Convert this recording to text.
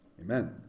amen